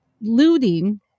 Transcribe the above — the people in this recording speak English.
looting